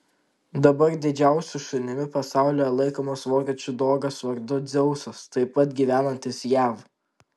dabar didžiausiu šunimi pasaulyje laikomas vokiečių dogas vardu dzeusas taip pat gyvenantis jav